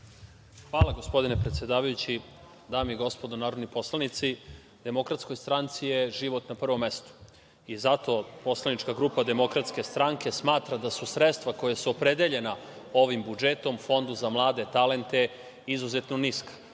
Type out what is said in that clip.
Hvala, gospodine predsedavajući. Dame i gospodo narodni poslanici, Demokratskoj stranci je život na prvom mestu i zato poslanička grupa Demokratske stranke smatra da su sredstva koja su opredeljena ovim budžetom Fondu za mlade talente izuzetno niska.